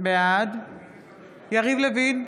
בעד יריב לוין,